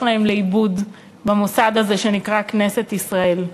להם לאיבוד במוסד הזה שנקרא כנסת ישראל.